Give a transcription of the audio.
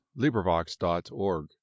LibriVox.org